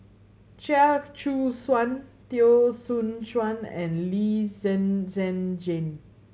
Chia Choo Suan Teo Soon Chuan and Lee Zhen Zhen Jane